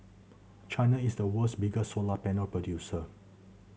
China is the world's biggest solar panel producer